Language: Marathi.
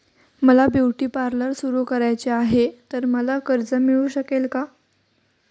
मला ब्युटी पार्लर सुरू करायचे आहे तर मला कर्ज मिळू शकेल का?